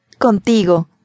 Contigo